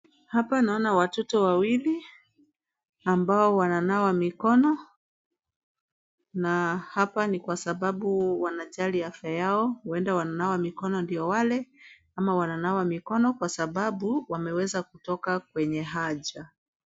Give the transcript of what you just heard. Hapa naona watoto wawili ambao wananawa mikono na hapa ni kwa sababu wanajali afya yao. Huenda wananawa mikono ndio wale ama wananawa mikono kwa sababu wameweza kutoka kwenye haja.